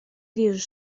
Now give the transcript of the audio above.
вижу